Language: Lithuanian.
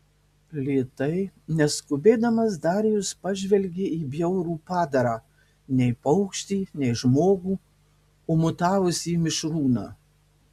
lėtai neskubėdamas darijus pažvelgė į bjaurų padarą nei paukštį nei žmogų o mutavusį mišrūną